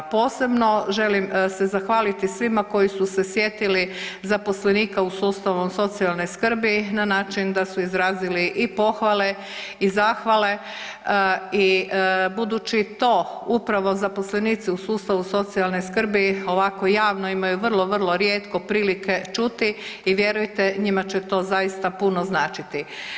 Posebno želim se zahvaliti svima koji su se sjetili zaposlenika u sustavu socijalne skrbi na način da su izrazili i pohvale i zahvale i budući to upravo zaposlenici u sustavu socijalne skrbi ovako javno imaju vrlo, vrlo rijetko prilike čuti i vjerujte njima će to zaista puno značiti.